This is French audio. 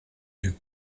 yeux